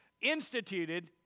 instituted